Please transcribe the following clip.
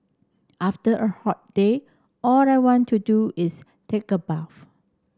after a hot day all I want to do is take a bath